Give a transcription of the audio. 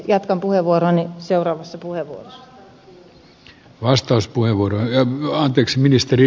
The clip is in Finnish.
jatkan puheenvuoroani seuraavassa puheenvuorossa